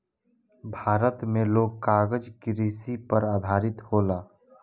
भारत मे लोग कागज कृषि पर आधारित होला